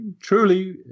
truly